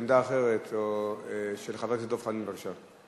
עמדה אחרת של חבר הכנסת דב חנין, בבקשה.